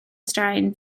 straen